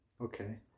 okay